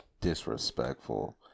disrespectful